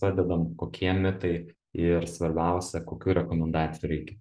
padedam kokie mitai ir svarbiausia kokių rekomendacijų reikia